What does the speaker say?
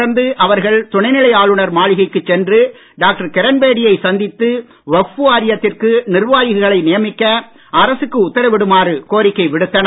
தொடர்ந்து அவர்கள் துணை நிலை ஆளுநர் மாளிகைக்குச் சென்று டாக்டர் கிரண்பேடியை சந்தித்து வஃக்பு வாரியத்திற்கு நிர்வாகிகளை நியமிக்க அரசுக்கு உத்தரவிடுமாறு கோரிக்கை விடுத்தனர்